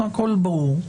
הכול ברור.